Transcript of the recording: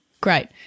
Great